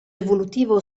evolutivo